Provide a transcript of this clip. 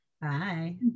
Bye